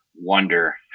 wonder